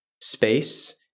space